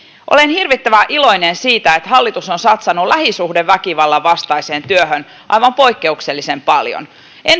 olen hirvittävän iloinen siitä että hallitus on satsannut lähisuhdeväkivallan vastaiseen työhön aivan poikkeuksellisen paljon